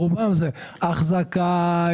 ברובם אחזקה.